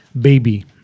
baby